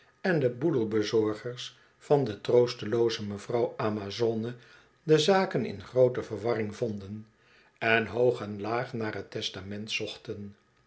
en de boedelbezorgers van de troostlooze mevrouw amazone de zaken in groote verwarring vonden en hoog en laag naar t testament zochten